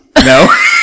No